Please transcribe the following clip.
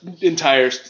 entire